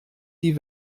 die